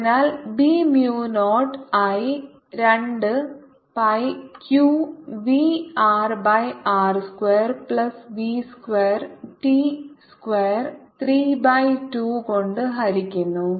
അതിനാൽ B mu naught ആയി 2 pi q v R by R square plus v square T square 3 by 2 കൊണ്ട് ഹരിക്കുന്നു